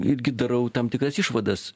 irgi darau tam tikras išvadas